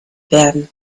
werden